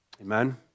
Amen